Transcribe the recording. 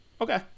Okay